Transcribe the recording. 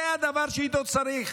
זה הדבר שאותו צריך,